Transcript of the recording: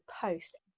post